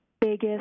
biggest